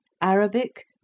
Arabic